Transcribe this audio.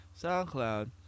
SoundCloud